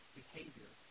behavior